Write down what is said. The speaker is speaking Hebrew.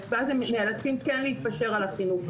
ואז הם נאלצים כן להתפשר על החינוך.